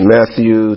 Matthew